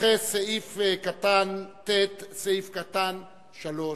מתייחס סעיף קטן (ט) סעיף קטן (3),